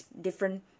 different